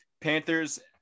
Panthers